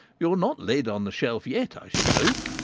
you are not laid on the shelf yet, i should hope.